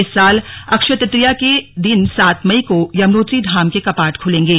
इस साल अक्षय तुतीया के दिन सात मई को यमुनोत्री धाम के कपाट खुलेंगे